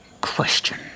question